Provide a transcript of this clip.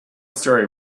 story